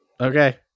Okay